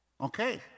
Okay